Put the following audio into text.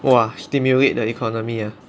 !wah! stimulate the economy ah